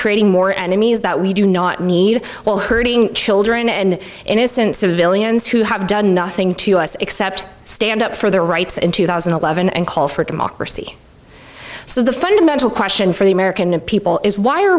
creating more enemies that we do not need while hurting children and innocent civilians who have done nothing to us except stand up for their rights in two thousand and eleven and call for democracy so the fundamental question for the american people is why are